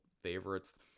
favorites